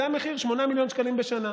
זה המחיר, 8 מיליון שקלים בשנה.